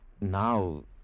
now